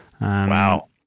Wow